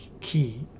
key